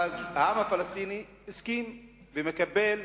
העם הפלסטיני הסכים ומקבל,